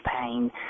pain